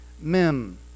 mim